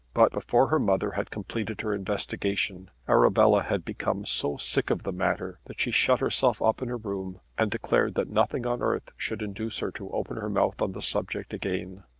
but before her mother had completed her investigation, arabella had become so sick of the matter that she shut herself up in her room and declared that nothing on earth should induce her to open her mouth on the subject again.